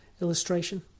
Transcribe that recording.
illustration